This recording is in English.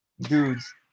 dudes